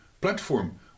platform